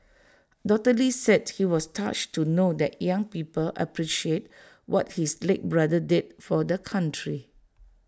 doctor lee said he was touched to know that young people appreciate what his late brother did for the country